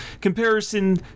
comparison